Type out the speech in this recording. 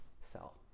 sell